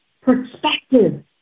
perspective